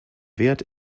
wert